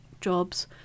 jobs